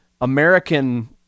American